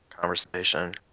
conversation